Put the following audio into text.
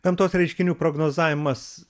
gamtos reiškinių prognozavimas